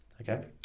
okay